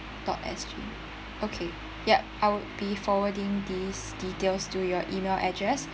dot S G okay ya I would be forwarding these details to your email address